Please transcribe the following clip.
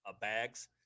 bags